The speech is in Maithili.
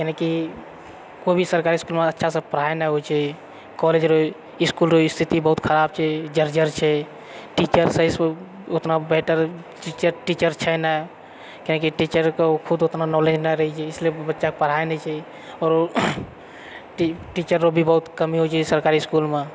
यानी की कोइ भी सरकारी इसकुलमे अच्छासँ पढ़ाइ नहि होइ छै कॉलेज रऽ इसकुल रऽ स्थिति बहुत खराब छै जर्जर छै टीचर सहीसँ ऊतना बेटर टीचर छै नहि काहेकि टीचरके खुद ऊतना नॉलेज नहि रहै छै ईसलिए बच्चाके पढ़ाइ नहि छै औरो टीचर रऽ भी बहुत कमी होइ छै ई सरकारी इसकुलमे